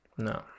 No